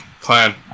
clan